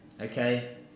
Okay